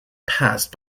passed